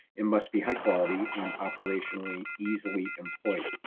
it must be high quality and operationally easily employed.